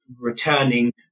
returning